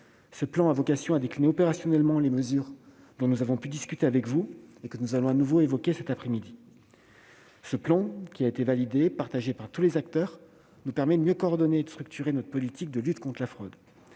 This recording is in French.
Ce plan a vocation à décliner opérationnellement les mesures dont nous avons discuté avec vous et que nous allons de nouveau évoquer cet après-midi. Validé et partagé par tous les acteurs, il nous permet de mieux coordonner et de structurer notre politique de lutte contre la fraude.